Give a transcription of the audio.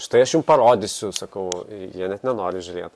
štai aš jum parodysiu sakau jie net nenori žiūrėt